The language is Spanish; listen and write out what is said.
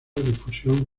difusión